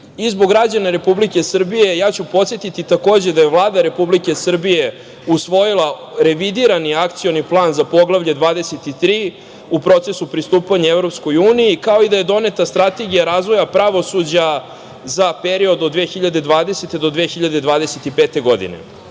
građana Republike Srbije, ja ću podsetiti, takođe, da je Vlada Republike Srbije usvojila revidirani Akcioni plan za Poglavlje 23 u procesu pristupanja EU, kao i da je doneta Strategija razvoja pravosuđa za period od 2020. do 2025. godine.